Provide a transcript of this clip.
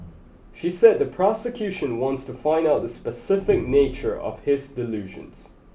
she said the prosecution wants to find out the specific nature of his delusions